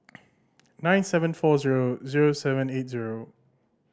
nine seven four zero zero seven eight zero